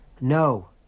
No